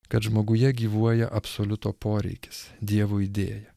kad žmoguje gyvuoja absoliuto poreikis dievo idėja